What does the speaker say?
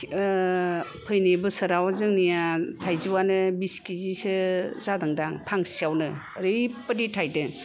फैनाय बोसोराव जोंनिया थाइजौआनो बिस किजिसो जादों दां फांसेआवनो ओरैबायदि थायदों